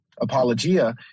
apologia